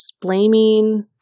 blaming